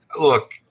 Look